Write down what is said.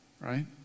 Right